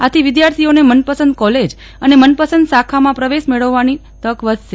આથી વિદ્યાર્થીઓને મનપસંદ કોલેજ અને મનપસંદ બ્રાચમાં પ્રવેશ મેળવવાની વધશે